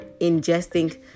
ingesting